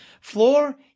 floor